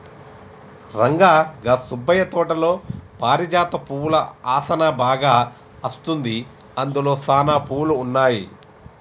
రంగా గా సుబ్బయ్య తోటలో పారిజాత పువ్వుల ఆసనా బాగా అస్తుంది, అందులో సానా పువ్వులు ఉన్నాయి